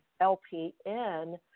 LPN